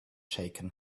shaken